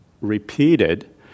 repeated